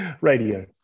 Radio